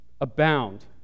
abound